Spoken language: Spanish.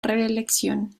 reelección